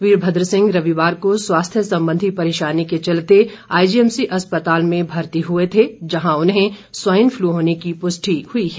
वीरभद्र सिंह रविवार को स्वास्थ्य संबंधी पेरशानी के चलते आईजीएमसी अस्पताल में भर्ती हुए थे जहां उनके स्वाइन फ्लू होने की पुष्टि हुई है